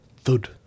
thud